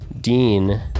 Dean